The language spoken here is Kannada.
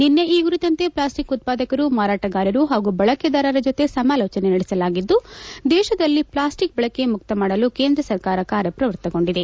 ನಿನ್ನೆ ಈ ಕುರಿತಂತೆ ಪ್ಲಾಸ್ಟಿಕ್ ಉತ್ಪಾದಕರು ಮಾರಾಟಗಾರರು ಹಾಗೂ ಬಳಕೆದಾರರ ಜೊತೆ ಸಮಾಲೋಚನೆ ನಡೆಸಲಾಗಿದ್ದು ದೇಶದಲ್ಲಿ ಪ್ಲಾಸ್ಟಿಕ್ ಬಳಕೆ ಮುಕ್ತಮಾಡಲು ಕೇಂದ್ರ ಸರ್ಕಾರ ಕಾರ್ಯಪ್ರವೃತ್ತಗೊಂಡಿದೆ